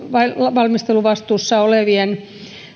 valmisteluvastuussa olevien